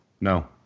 no